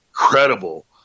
Incredible